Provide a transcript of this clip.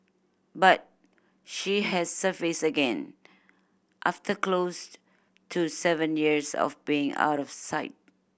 but she has surfaced again after close to seven years of being out of sight